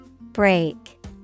Break